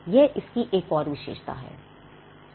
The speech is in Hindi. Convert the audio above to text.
यह इसकी एक और विशेषता है